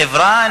חברה,